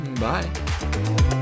Bye